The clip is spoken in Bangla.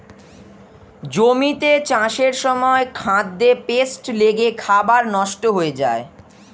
জমিতে চাষের সময় খাদ্যে পেস্ট লেগে খাবার নষ্ট হয়ে যায়